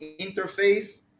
interface